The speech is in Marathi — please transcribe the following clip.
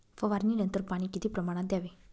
फवारणीनंतर पाणी किती प्रमाणात द्यावे?